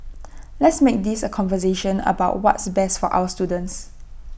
let's make this A conversation about what's best for our students